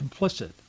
complicit